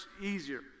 easier